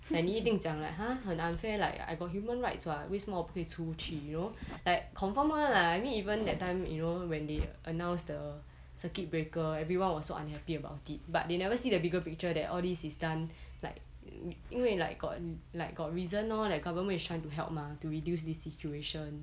and 一定讲 like !huh! 很 unfair like I got human rights [what] 为什么不可以出去 you know like confirm [one] lah I mean even that time you know when they announced the circuit breaker everyone was so unhappy about it but they never see the bigger picture that all this is done like 因为 like got like got reason lor that government is trying to help mah to reduce this situation